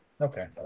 Okay